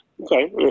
Okay